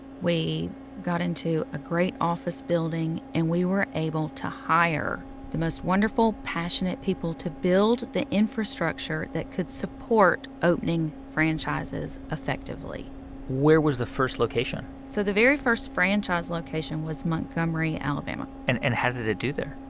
we got into a great office building. and we were able to hire the most wonderful, passionate people to build the infrastructure that could support opening franchises effectively where was the first location? so the very first franchise location was montgomery, ala ala and and how did it do there?